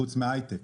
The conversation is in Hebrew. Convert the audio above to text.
חוץ מהייטק.